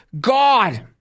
God